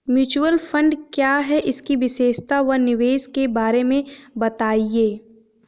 Mutual fund क्या है इसकी विशेषता व निवेश के बारे में बताइये?